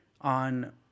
on